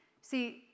See